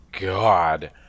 God